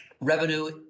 revenue